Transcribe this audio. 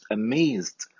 amazed